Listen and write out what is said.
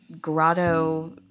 grotto